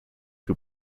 who